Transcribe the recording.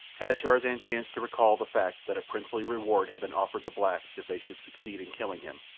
had tarzan chanced to recall the fact that a princely reward had been offered the blacks if they should succeed in killing him,